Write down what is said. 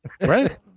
Right